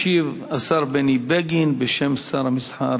ישיב השר בני בגין בשם שר המסחר,